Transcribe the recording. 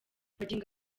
magingo